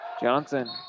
Johnson